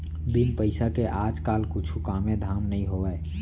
बिन पइसा के आज काल कुछु कामे धाम नइ होवय